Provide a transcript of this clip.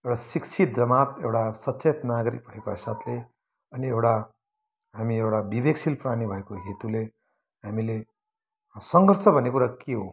एउटा शिक्षित जमात एउटा सचेत नागरिक भएको हैसियतले अनि एउटा हामी एउटा विवेकशील प्राणी भएको हेतुले हामीले सङ्घर्ष भन्ने कुरा के हो